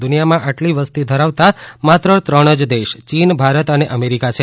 દુનિયામાં આટલી વસ્તી ધરાવતા માત્ર ત્રણ જ દેશ યીન ભારત અને અમેરીકા છે